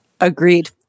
Agreed